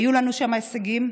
היו לנו שם הישגים,